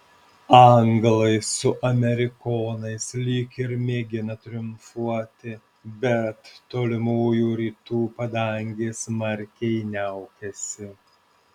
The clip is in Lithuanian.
anglai su amerikonais lyg ir mėgina triumfuoti bet tolimųjų rytų padangė smarkiai niaukiasi